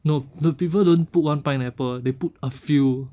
no the people don't put one pineapple they put a few